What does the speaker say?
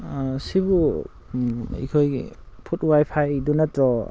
ꯁꯤꯕꯨ ꯑꯩꯈꯣꯏꯒꯤ ꯐꯨꯗ ꯋꯥꯏꯐꯥꯏꯗꯨ ꯅꯠꯇ꯭ꯔꯣ